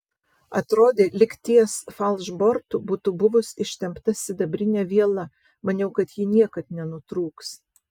atrodė lyg ties falšbortu būtų buvus ištempta sidabrinė viela maniau kad ji niekad nenutrūks